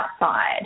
outside